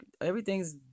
everything's